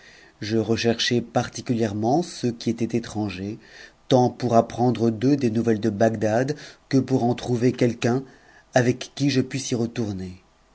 je n recherchais particulièrement ceux qui étaient étrangers tant pour apt nretidre d'eux des nouvelles de bagdad que pour en trouver quelqu'un avec qui je pusse y retourner